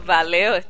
Valeu